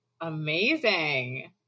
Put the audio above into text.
amazing